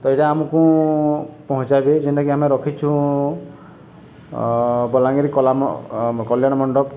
ତ ଏଇଟା ଆମକୁ ପହଞ୍ଚବେ ଯେନ୍ଟାକି ଆମେ ରଖିଛୁ ବଲାଙ୍ଗୀର କଲା କଲ୍ୟାଣ ମଣ୍ଡପ